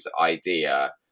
idea